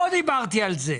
לא דיברתי על זה.